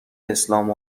اسلام